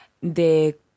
de